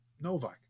Novak